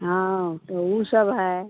हाँ तो ऊ सब है